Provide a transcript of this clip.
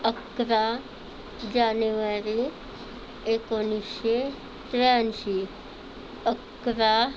अकरा जानेवारी एकोणीसशे त्र्याऐंशी अकरा